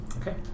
Okay